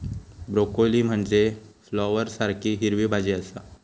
broccoli म्हनजे फ्लॉवरसारखी हिरवी भाजी आसा